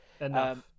enough